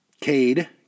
Cade